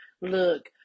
look